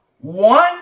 One